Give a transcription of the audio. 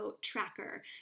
tracker